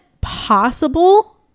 possible